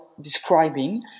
describing